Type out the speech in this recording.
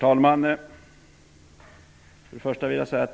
Herr talman!